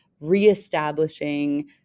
reestablishing